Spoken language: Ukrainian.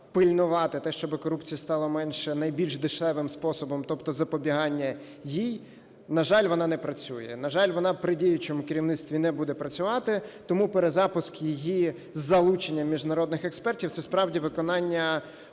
пильнувати те, щоби корупція стала найбільш дешевим способом, тобто запобігання їй. На жаль, вона не працює, на жаль, вона при діючому керівництві не буде працювати. Тому перезапуск її із залученням міжнародних експертів – це справді виконання